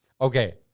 Okay